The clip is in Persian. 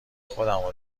خودمو